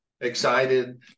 excited